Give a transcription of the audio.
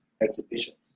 exhibitions